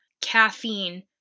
caffeine